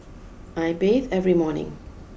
I bathe every morning